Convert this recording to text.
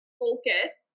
focus